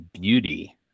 beauty